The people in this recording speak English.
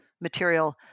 material